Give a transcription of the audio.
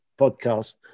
podcast